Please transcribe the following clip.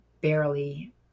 barely